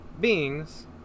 beings